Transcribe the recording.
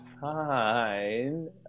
fine